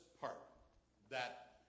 part—that